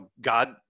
God